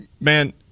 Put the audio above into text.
Man